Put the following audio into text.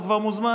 הוא כבר מוזמן,